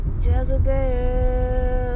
Jezebel